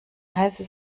heiße